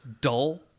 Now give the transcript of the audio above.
dull